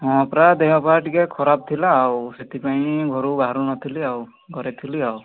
ହଁ ପ୍ରାୟ ଦେହ ପା ଟିକିଏ ଖରାପ ଥିଲା ଆଉ ସେଥିପାଇଁ ଘରୁ ବାହାରୁ ନଥିଲି ଆଉ ଘରେ ଥିଲି ଆଉ